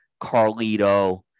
Carlito